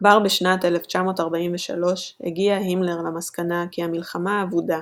כבר בשנת 1943 הגיע הימלר למסקנה כי המלחמה אבודה,